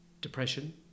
depression